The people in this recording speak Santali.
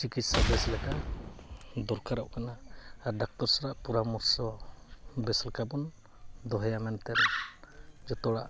ᱪᱤᱠᱤᱛᱥᱟ ᱵᱮᱹᱥ ᱞᱮᱠᱟ ᱫᱚᱨᱠᱟᱨᱚᱜ ᱠᱟᱱᱟ ᱟᱨ ᱰᱟᱠᱛᱚᱨ ᱥᱟᱞᱟᱜ ᱯᱚᱨᱟᱢᱚᱨᱥᱚ ᱵᱮᱹᱥ ᱞᱮᱠᱟᱵᱚᱱ ᱫᱚᱦᱚᱭᱟ ᱢᱮᱱᱛᱮ ᱡᱚᱛᱚ ᱦᱚᱲᱟᱜ